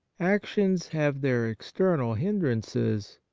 actions have their external hindrances,